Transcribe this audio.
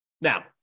Now